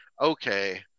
okay